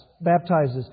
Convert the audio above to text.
Baptizes